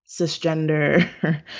cisgender